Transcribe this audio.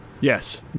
Yes